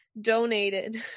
donated